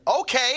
Okay